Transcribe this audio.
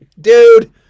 dude